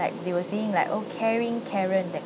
like they were saying like oh caring caren that